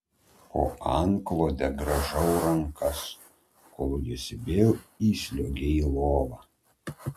po antklode grąžau rankas kol jis vėl įsliuogia į lovą